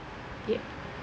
ya